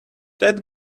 that